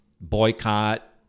boycott